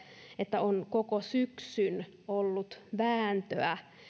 että on koko syksyn ollut vääntöä